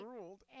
ruled